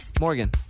Morgan